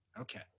Okay